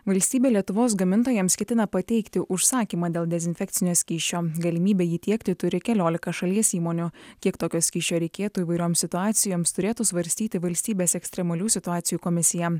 valstybė lietuvos gamintojams ketina pateikti užsakymą dėl dezinfekcinio skysčio galimybė jį tiekti turi keliolika šalies įmonių kiek tokio skysčio reikėtų įvairioms situacijoms turėtų svarstyti valstybės ekstremalių situacijų komisija